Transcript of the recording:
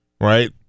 right